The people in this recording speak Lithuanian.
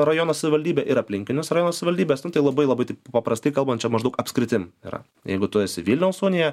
rajono savivaldybę ir aplinkinius rajono savivaldybes nu tai labai labai paprastai kalbant čia maždaug apskritim yra jeigu tu esi vilniaus unija